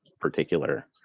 particular